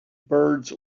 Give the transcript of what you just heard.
birds